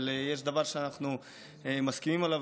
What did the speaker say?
אבל יש דבר שאנחנו מסכימים עליו,